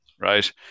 right